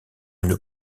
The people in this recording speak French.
une